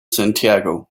santiago